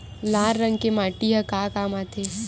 लाल रंग के माटी ह का काम आथे?